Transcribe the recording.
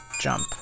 Jump